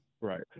Right